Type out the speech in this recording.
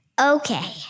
Okay